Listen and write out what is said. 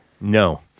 No